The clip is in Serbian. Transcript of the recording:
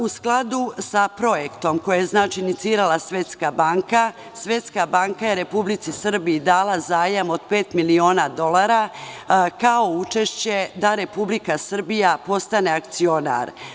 U skladu sa projektom koji je inicirala Svetska banka, Svetska banka je Republici Srbiji dala zajam od pet miliona dolara kao učešće da Republika Srbija postane akcionar.